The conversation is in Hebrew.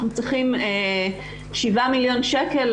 אנחנו צריכים שבעה מיליון שקל,